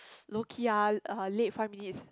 lowkey ah late five minutes